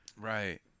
Right